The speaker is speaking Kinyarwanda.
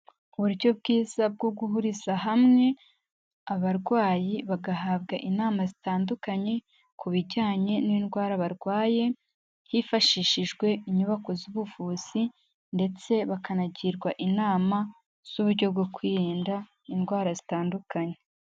Uburyo bwiza bwo guhuriza hamwe abarwayi bagahabwa inama zitandukanye ku bijyanye n'indwara barwaye, hifashishijwe inyubako z'ubuvuzi ndetse bakanagirwa inama z'uburyo bwo kwirinda indwara zitandukanye.